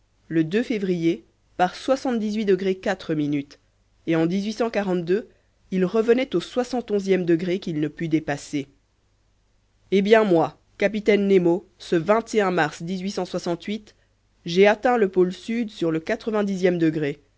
le février par et en il revenait au soixante onzième degré qu'il ne put dépasser eh bien moi capitaine nemo ce mars j'ai atteint le pôle sud sur le quatre vingt dixième degré